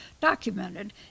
documented